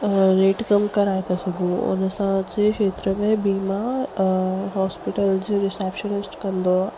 rate कम कराए था सघूं उन सां अॼ जे खेत्र में वीमा हॉस्पीटल जो रिसेप्शनिस्ट कंदो आहे